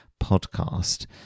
podcast